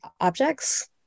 objects